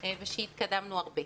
ושהתקדמנו הרבה.